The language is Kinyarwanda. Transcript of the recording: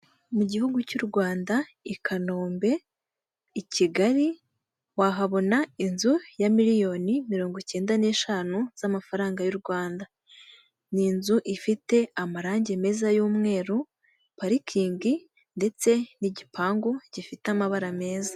Mu gihugu cy'u Rwanda, i Kanombe, i Kigali wahabona inzu ya miliyoni mirongo icyenda n'eshanu z'amafaranga y'u Rwanda. Ni inzu ifite amarangi meza y'umweru, parikingi ndetse n'igipangu gifite amabara meza.